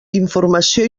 informació